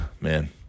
man